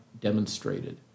demonstrated